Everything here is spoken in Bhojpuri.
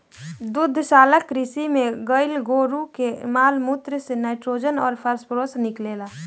दुग्धशाला कृषि में गाई गोरु के माल मूत्र से नाइट्रोजन अउर फॉस्फोरस निकलेला